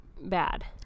bad